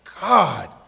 God